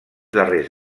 darrers